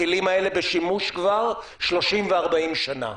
הכלים האלה בשימוש כבר 30 ו-40 שנה.